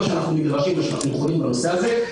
שאנחנו נדרשים לו ויכולים לעשות בנושא הזה,